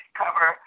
cover